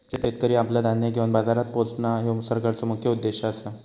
शेतकरी आपला धान्य घेवन बाजारात पोचणां, ह्यो सरकारचो मुख्य उद्देश आसा